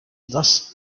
thus